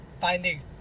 finding